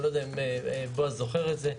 אני לא יודע אם בועז זוכר את זה.